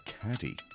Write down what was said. caddy